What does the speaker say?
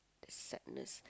the sadness